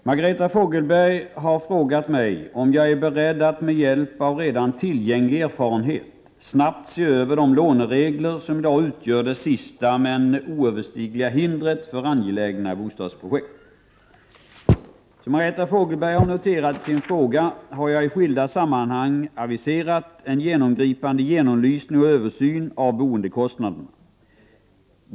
Herr talman! Margareta Fogelberg har frågat mig om jag är beredd att med hjälp av redan tillgänglig erfarenhet snabbt se över de låneregler som i dag utgör det sista men oöverstigliga hindret för angelägna bostadsprojekt. Som Margareta Fogelberg har noterat i sin fråga har jag i skilda sammanhang aviserat en genomgripande genomlysning och översyn av boendekostnaderna.